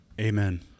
Amen